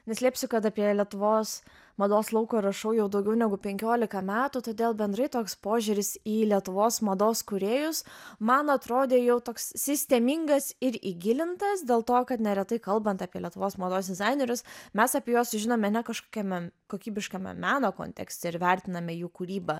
neslėpsiu kad apie lietuvos mados lauką rašau jau daugiau negu penkiolika metų todėl bendrai toks požiūris į lietuvos mados kūrėjus man atrodė jau toks sistemingas ir įgilintas dėl to kad neretai kalbant apie lietuvos mados dizainerius mes apie juos žinome ne kažkokiame kokybiškame meno kontekste ir vertiname jų kūrybą